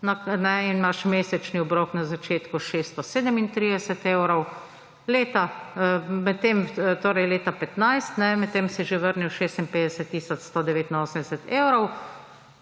in imaš mesečni obrok na začetku 637 evrov, leta 2015, medtem si že vrnil 56 tisoč